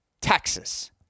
Texas